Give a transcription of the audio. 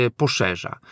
poszerza